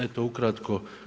Eto ukratko.